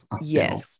Yes